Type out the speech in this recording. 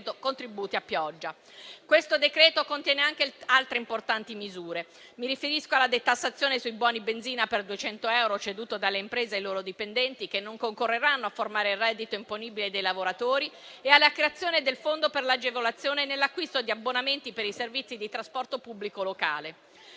contributi a pioggia. Il decreto-legge in esame contiene anche altre importanti misure. Mi riferisco alla detassazione sui buoni benzina per 200 euro ceduti dalle imprese ai loro dipendenti, che non concorreranno a formare il reddito imponibile dei lavoratori, e alla creazione del fondo per l'agevolazione nell'acquisto di abbonamenti per i servizi di trasporto pubblico locale,